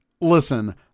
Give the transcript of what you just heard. listen